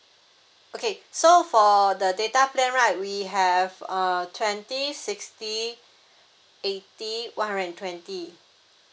okay so for the data plan right we have uh twenty sixty eighty one hundred and twenty